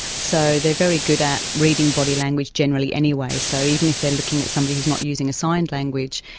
so they're very good at reading body language generally anyway, so even if they're looking at somebody who's not using a signed language,